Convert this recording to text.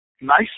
nice